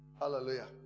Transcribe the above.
Hallelujah